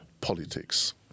politics